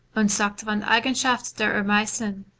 und sagt von eigenschaflft der omeissen,